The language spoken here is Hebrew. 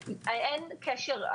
אין קשר.